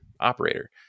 operator